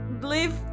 live